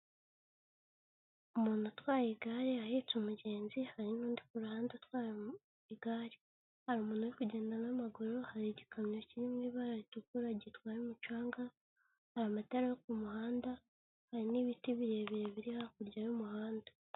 Umuntu utwaye igare ahetse umugenzi, hari n'undi kuruhande utwaye igare, hari umuntu uri kugenda n'amaguru, hari igikamyo kinrimo ibara ritukura gitwaye umucanga hari amatara yo kumuhanda, hari n'ibiti birebire biri hakurya y'umuhanda.